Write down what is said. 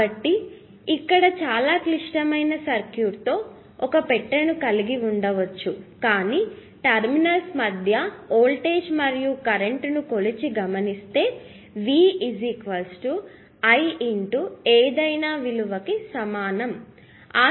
కాబట్టి ఇక్కడ చాలా క్లిష్టమయిన సర్క్యూట్తో ఒక పెట్టెను కలిగి ఉండవచ్చు కానీ టెర్మినల్స్ మధ్య వోల్టేజ్ మరియు కరెంట్ను కొలిచి గమనిస్తే V I ఏదైనా విలువ కి సమానం